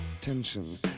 tension